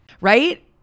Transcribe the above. right